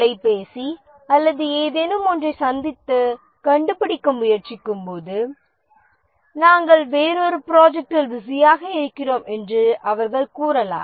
தொலைபேசி அல்லது ஏதேனும் ஒன்றைச் சந்தித்து கண்டுபிடிக்க முயற்சிக்கும்போது நாங்கள் வேறொரு ப்ராஜெக்ட்ல் பிஸியாக இருக்கிறோம் என்று அவர்கள் கூறலாம்